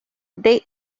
they